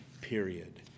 Period